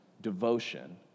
devotion